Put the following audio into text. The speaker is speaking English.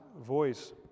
voice